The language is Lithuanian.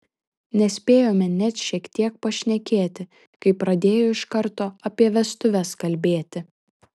nespėjome net šiek tiek pašnekėti kai pradėjo iš karto apie vestuves kalbėti